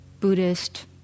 Buddhist